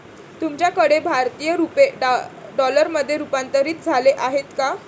तुमच्याकडे भारतीय रुपये डॉलरमध्ये रूपांतरित झाले आहेत का?